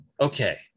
okay